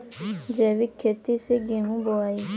जैविक खेती से गेहूँ बोवाई